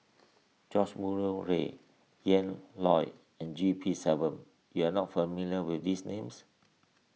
George Murray Reith Ian Loy and G P Selvam you are not familiar with these names